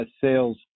sales